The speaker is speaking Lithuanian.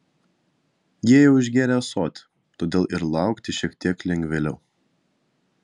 jie jau išgėrę ąsotį todėl ir laukti šiek tiek lengvėliau